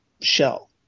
shell